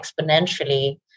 exponentially